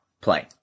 play